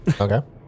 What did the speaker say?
Okay